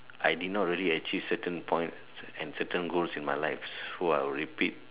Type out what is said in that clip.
I did not really achieve certain point and certain goals in my life who I'll repeat